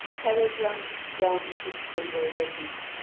kettle-drums, drums, and cymbals are beaten.